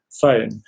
phone